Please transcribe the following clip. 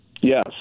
Yes